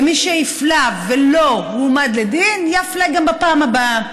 ומי שהפלה ולא הועמד לדין יפלה גם בפעם הבאה,